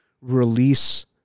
release